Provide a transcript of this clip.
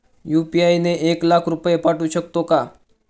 UPI ने एक लाख रुपये पाठवू शकतो का?